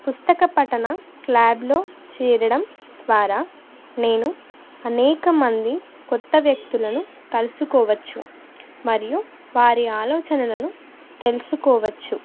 పుస్తక పఠన క్లబ్లో చేరడం ద్వారా నేను అనేకమంది కొత్త వ్యక్తులను కలుసుకోవచ్చు మరియు వారి ఆలోచనలను తెలుసుకోవచ్చు